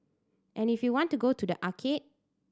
and if you want to go to the arcade